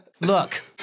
Look